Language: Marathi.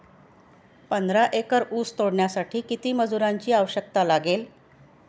पंधरा एकर ऊस तोडण्यासाठी किती मजुरांची आवश्यकता लागेल?